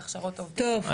להכשרות עובדים.